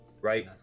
Right